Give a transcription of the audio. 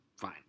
Fine